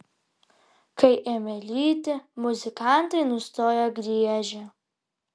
kai ėmė lyti muzikantai nustojo griežę